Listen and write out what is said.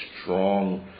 strong